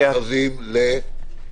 מכרזים ל-?